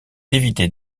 d’éviter